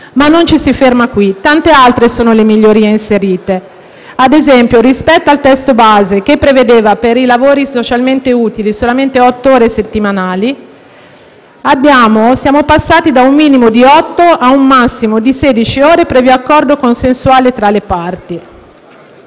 Non ci si ferma qui perché tante altre sono le migliorie inserite. Ad esempio, rispetto al testo base, che prevedeva per i lavori socialmente utili solamente otto ore settimanali, siamo passati da un minimo di otto a un massimo di sedici ore, previo accordo consensuale tra le parti.